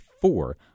four